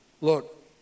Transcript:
Look